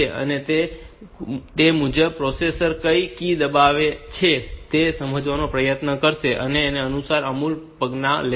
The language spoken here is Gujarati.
અને તે મુજબ પ્રોસેસર કઈ કી દબાવવામાં આવી છે તે સમજવાનો પ્રયત્ન કરશે અને તેના આધારે અમુક પગલાં લેશે